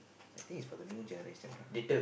I think is for the new generation lah